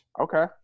Okay